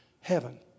Heaven